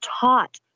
taught